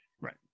Right